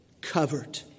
covered